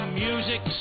music